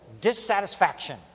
dissatisfaction